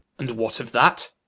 and what of that?